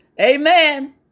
Amen